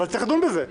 אבל צריך לדון בזה.